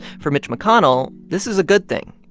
for mitch mcconnell, this is a good thing.